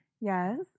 Yes